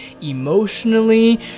emotionally